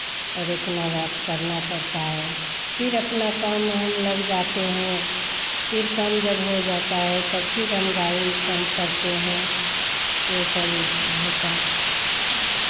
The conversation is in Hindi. और इतना बात करना पड़ता है फिर अपना काम में हम लग जाते हैं फिर कम जब हो जाता है तब फिर हम गाइन कम करते हैं यही सब ये सब होता है